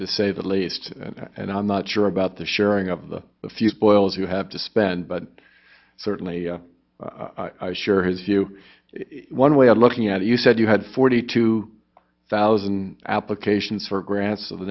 to say the least and i'm not sure about the sharing of the few spoils you have to spend but certainly sure has you one way of looking at it you said you had forty two thousand applications for grants of the